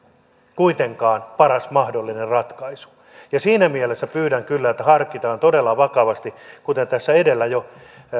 kuitenkaan paras mahdollinen ratkaisu siinä mielessä pyydän kyllä että harkitaan todella vakavasti kuten tässä jo